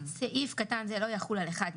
" סעיף קטן זה לא יחול על אחד מאלה: